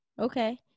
Okay